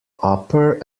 upper